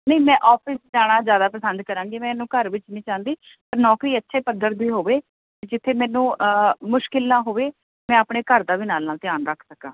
ਨਹੀਂ ਮੈਂ ਆਫਿਸ ਜਾਣਾ ਜ਼ਿਆਦਾ ਪਸੰਦ ਕਰਾਂਗੀ ਮੈਂ ਇਹਨੂੰ ਘਰ ਵਿੱਚ ਨਹੀਂ ਚਾਹੁੰਦੀ ਪਰ ਨੌਕਰੀ ਅੱਛੇ ਪੱਧਰ ਦੀ ਹੋਵੇ ਵੀ ਜਿੱਥੇ ਮੈਨੂੰ ਮੁਸ਼ਕਿਲ ਨਾ ਹੋਵੇ ਮੈਂ ਆਪਣੇ ਘਰ ਦੀ ਵੀ ਨਾਲ ਨਾਲ ਧਿਆਨ ਰੱਖ ਸਕਾਂ